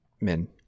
Men